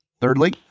Thirdly